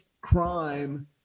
crime